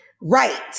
Right